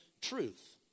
truth